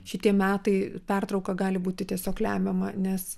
šitie metai pertrauka gali būti tiesiog lemiama nes